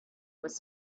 was